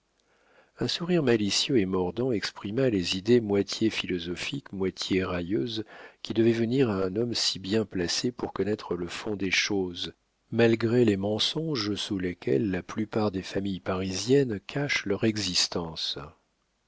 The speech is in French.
un sourire malicieux et mordant exprima les idées moitié philosophiques moitié railleuses qui devaient venir à un homme si bien placé pour connaître le fond des choses malgré les mensonges sous lesquels la plupart des familles parisiennes cachent leur existence